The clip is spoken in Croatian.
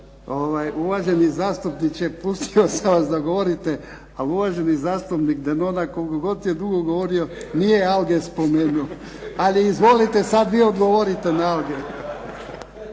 Uvaženi zastupniče, pustio sam vas da govorite, ali uvaženi zastupnik Denona koliko god je dugo govorio nije alge spomenuo, ali izvolite sad vi odgovorite na alge.